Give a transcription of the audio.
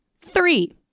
Three